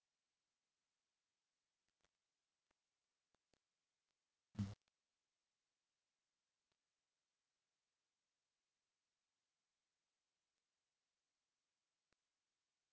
mm